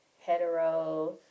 hetero